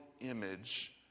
image